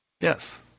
Yes